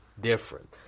different